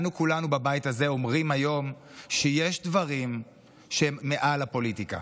אנו כולנו בבית הזה אומרים היום שיש דברים שהם מעל הפוליטיקה.